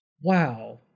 Wow